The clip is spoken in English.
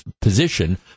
position